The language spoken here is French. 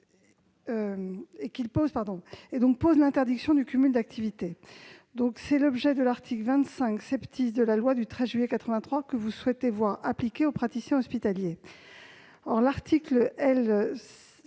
Il pose donc l'interdiction du cumul d'activités ; c'est l'objet de l'article 25 de la loi du 13 juillet 1983 que vous souhaitez voir appliquer aux praticiens hospitaliers. Or l'article L.